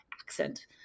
accent